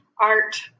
art